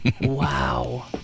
Wow